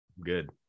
Good